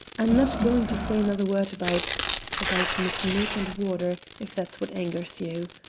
i'm not going to say another word about about miss milk-and-water, if that's what angers you.